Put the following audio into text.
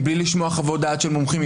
מבלי לשמוע חוות דעת של מומחים,